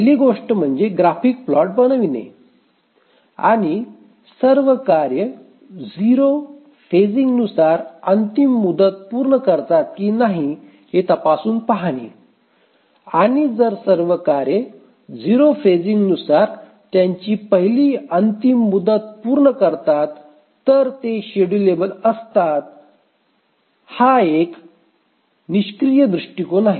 पहिली गोष्ट म्हणजे ग्राफिक प्लॉट बनविणे आणि सर्व कार्ये 0 फेजिंगनुसार अंतिम मुदत पूर्ण करतात की नाही हे तपासून पाहणे आणि जर सर्व कार्ये 0 फेजिंगनुसार त्यांची पहिली अंतिम मुदत पूर्ण करतात तर ते शेड्युलेबल असतात हा एक निष्क्रीय दृष्टिकोन आहे